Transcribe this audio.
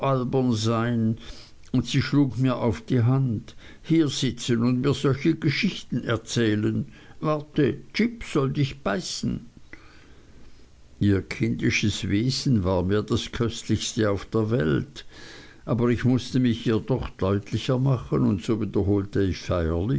sein und sie schlug mich auf die hand hier sitzen und mir solche geschichten erzählen warte jip soll dich beißen ihr kindisches wesen war mir das köstlichste auf der welt aber ich mußte mich ihr doch deutlicher machen und so wiederholte ich